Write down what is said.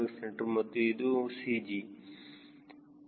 c ಮತ್ತು ಇದು CG